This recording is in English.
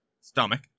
stomach